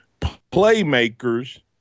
playmakers